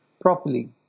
properly